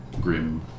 grim